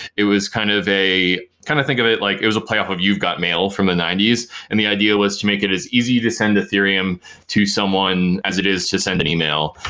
it was kind of a kind of think of it like it was a play of you've got mail from the ninety s and the idea was to make it as easy to send ethereum to someone as it is to send an email.